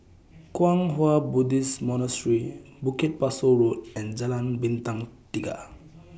Kwang Hua Buddhist Monastery Bukit Pasoh Road and Jalan Bintang Tiga